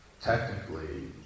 technically